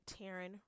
Taryn